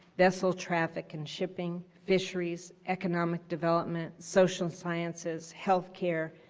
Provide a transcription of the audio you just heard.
vessel traffic and shipping. fisheries, economic development, social sciences, healthcare,